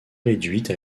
réduite